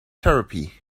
therapy